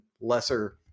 lesser